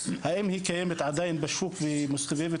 האם היא קיימת עדיין בשוק והיא מסתובבת